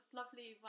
lovely